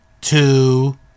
two